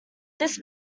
this